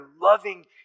loving